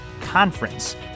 conference